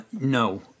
No